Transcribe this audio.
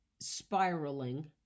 spiraling